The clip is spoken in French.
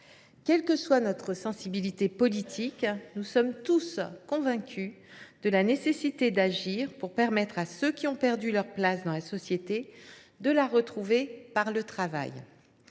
Quelle que soit notre sensibilité politique, nous sommes tous convaincus de la nécessité d’agir, pour permettre à ceux qui ont perdu leur place dans la société de la retrouver par le travail.